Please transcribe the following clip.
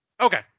Okay